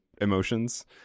emotions